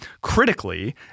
critically